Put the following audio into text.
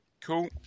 Cool